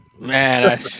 man